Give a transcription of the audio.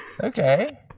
okay